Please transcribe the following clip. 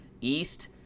East